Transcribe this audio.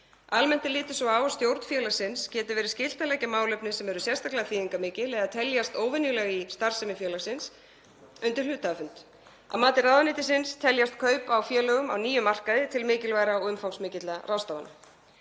Almennt er litið svo á að stjórn félagsins geti verið skylt að leggja málefni sem eru sérstaklega þýðingarmikil eða teljast óvenjuleg í starfsemi félagsins undir hluthafafund. Að mati ráðuneytisins teljast kaup á félögum á nýjum markaði til mikilvægra og umfangsmikilla ráðstafana.